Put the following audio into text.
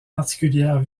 particulières